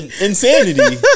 Insanity